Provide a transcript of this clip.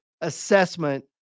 assessment